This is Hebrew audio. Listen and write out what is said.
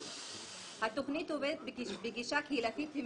התוכנית עובדת בגישה קהילתית והיא